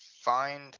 find